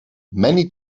many